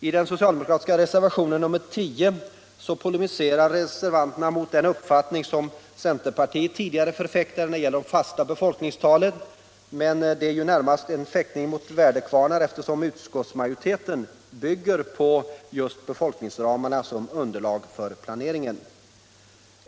I den socialdemokratiska reservationen nr 10 polemiserar reservanterna mot den uppfattning som centerpartiet tidigare förfäktade beträffande de fasta befolkningstalen. Men det är närmast en fäktning mot väderkvarnar, eftersom utskottsmajoriteten bygger på just befolkningsramarna som underlag för planeringen.